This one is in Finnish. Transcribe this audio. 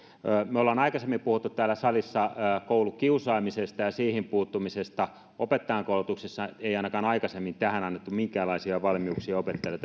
me olemme aikaisemmin puhuneet täällä salissa koulukiusaamisesta ja siihen puuttumisesta opettajankoulutuksessa ei ainakaan aikaisemmin annettu minkälaisia valmiuksia opettajille